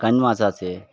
কানমাছ আছে